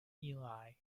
eli